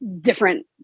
different